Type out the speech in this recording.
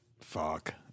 fuck